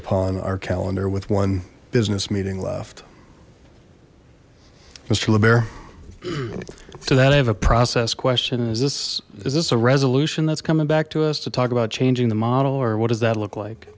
upon our calendar with one business meeting left mister libr do that i have a process question is this is this a resolution that's coming back to us to talk about changing the model or what does that look like